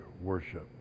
worship